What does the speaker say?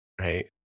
right